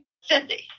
Cindy